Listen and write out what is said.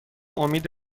امید